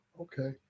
Okay